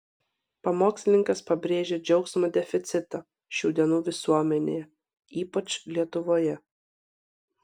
pamokslininkas pabrėžė džiaugsmo deficitą šių dienų visuomenėje ypač lietuvoje